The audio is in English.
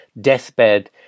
deathbed